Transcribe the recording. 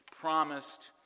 promised